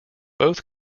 both